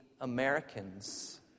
Americans